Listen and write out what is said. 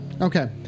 Okay